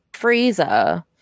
freezer